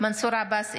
מנסור עבאס,